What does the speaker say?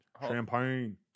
Champagne